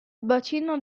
bacino